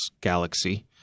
galaxy